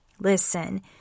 listen